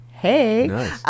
Hey